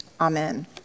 Amen